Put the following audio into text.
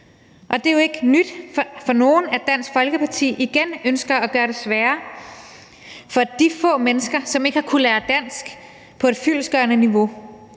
Det er jo ikke nyt for nogen, at Dansk Folkeparti igen ønsker at gøre det sværere for de få mennesker, som ikke har kunnet lære dansk på et fyldestgørende niveau.